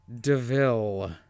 deville